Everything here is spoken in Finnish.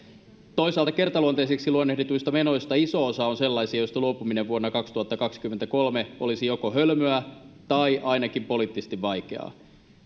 toisaalta kertaluonteisiksi luonnehdituista menoista iso osa on sellaisia joista luopuminen vuonna kaksituhattakaksikymmentäkolme olisi joko hölmöä tai ainakin poliittisesti vaikeaa